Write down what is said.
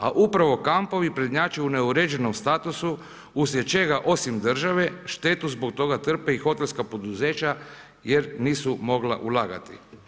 A upravo kampovi prednjače u neuređenom statusu usred čega osim države štetu zbog toga trpe i hotelska poduzeća jer nisu mogla ulagati.